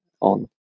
on